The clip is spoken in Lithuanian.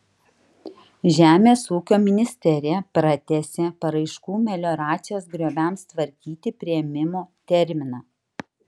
žemės ūkio ministerija pratęsė paraiškų melioracijos grioviams tvarkyti priėmimo terminą